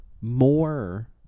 More